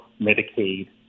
Medicaid